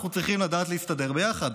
אנחנו צריכים לדעת להסתדר ביחד,